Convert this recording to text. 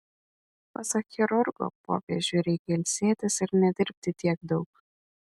pasak chirurgo popiežiui reikia ilsėtis ir nedirbti tiek daug